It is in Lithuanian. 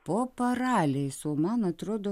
po paraliais o man atrodo